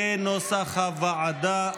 כנוסח הוועדה.